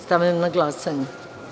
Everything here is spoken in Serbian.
Stavljam na glasanje.